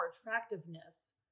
attractiveness